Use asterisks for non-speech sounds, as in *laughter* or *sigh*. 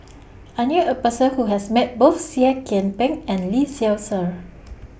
*noise* I knew A Person Who has Met Both Seah Kian Peng and Lee Seow Ser